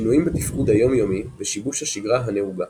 שינויים בתפקוד היומיומי ושיבוש השגרה הנהוגה.